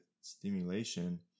stimulation